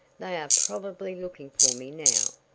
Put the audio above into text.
they are probably looking for me now.